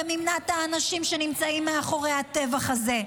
ומימנה את האנשים שנמצאים מאחורי הטבח הזה.